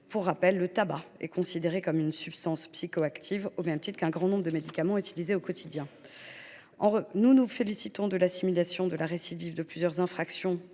Pour rappel, le tabac est considéré comme une substance psychoactive, au même titre qu’un grand nombre de médicaments utilisés au quotidien. Par ailleurs, nous nous félicitons de l’assimilation de la récidive de plusieurs infractions